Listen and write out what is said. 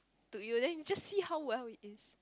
to you then you just see how well it is